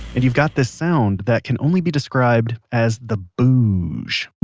and you've got this sound that can only be described, as the booj